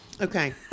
Okay